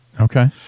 Okay